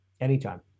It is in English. Anytime